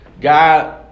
God